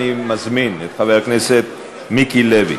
אני מזמין את חבר הכנסת מיקי לוי